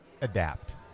adapt